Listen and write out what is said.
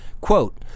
quote